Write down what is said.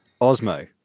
Osmo